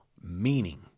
meaning